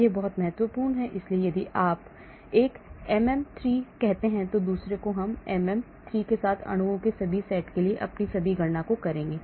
यह बहुत महत्वपूर्ण है इसलिए यदि हम एक एमएम 3 कहते हैं तो हम एमएम 3 के साथ अणुओं के सभी सेट के लिए अपनी सभी गणना करेंगे